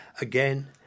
again